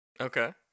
Okay